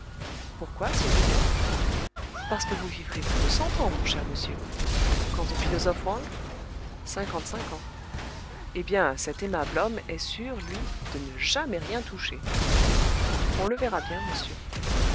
pourquoi s'il vous plaît parce que vous vivrez plus de cent ans mon cher monsieur quant au philosophe wang cinquante-cinq ans eh bien cet aimable homme est sûr lui de ne jamais rien toucher on le verra bien monsieur